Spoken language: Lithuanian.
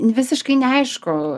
visiškai neaišku